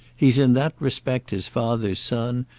he's in that respect his father's son,